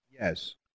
Yes